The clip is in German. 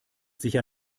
sicher